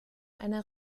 einer